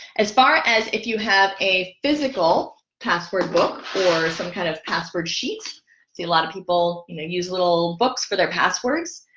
as far as if you a physical password book for some kind of password sheets see a lot of people you know use little books for their passwords